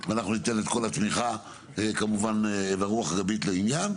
ואנחנו ניתן את כל התמיכה ורוח גבית לעניין.